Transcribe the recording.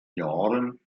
jahren